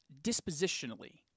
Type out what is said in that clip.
Dispositionally